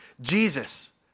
Jesus